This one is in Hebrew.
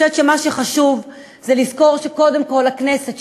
אני חושבת שמה שחשוב זה לזכור שקודם כול הכנסת,